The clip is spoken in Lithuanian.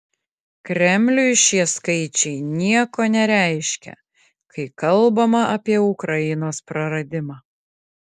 kremliui šie skaičiai nieko nereiškia kai kalbama apie ukrainos praradimą